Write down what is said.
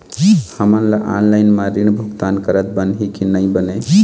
हमन ला ऑनलाइन म ऋण भुगतान करत बनही की नई बने?